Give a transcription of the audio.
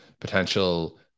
potential